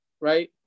right